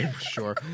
Sure